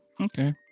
Okay